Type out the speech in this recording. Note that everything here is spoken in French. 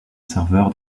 serveur